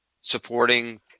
supporting